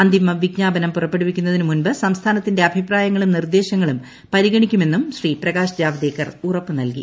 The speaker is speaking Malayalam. അന്തിമ ്വിജ്ഞാപനം പുറപ്പെടുവിക്കുന്നതിന് മുൻപ് സംസ്ഥാനത്തിന്റെ ് അഭിപ്രായങ്ങളും ് നിർദ്ദേശങ്ങളും പരിഗണിക്കുമെന്നും ശ്രീ പ്രികാശ് ജാവ്ദേക്കർ ഉറപ്പ് നൽകി